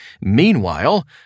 Meanwhile